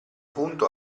punto